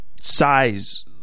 size